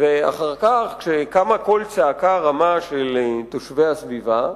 ואחר כך, כשקם קול צעקה רמה של תושבי הסביבה,